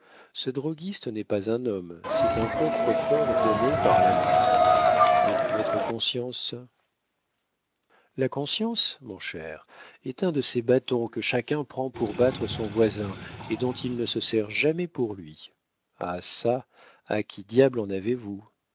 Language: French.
ce droguiste n'est pas un homme c'est un coffre-fort donné par l'amour mais votre conscience la conscience mon cher est un de ces bâtons que chacun prend pour battre son voisin et dont il ne se sert jamais pour lui ah çà à qui diable en avez-vous